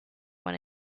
one